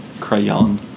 Crayon